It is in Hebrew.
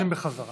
דורשים בחזרה.